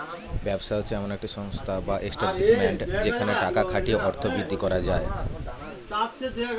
ব্যবসা হচ্ছে এমন একটি সংস্থা বা এস্টাব্লিশমেন্ট যেখানে টাকা খাটিয়ে অর্থ বৃদ্ধি করা যায়